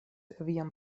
vian